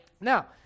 Now